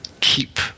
keep